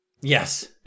Yes